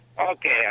Okay